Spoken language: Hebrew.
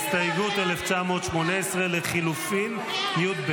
הסתייגות 1918 לחלופין יב